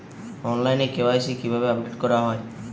অনলাইনে কে.ওয়াই.সি কিভাবে আপডেট করা হয়?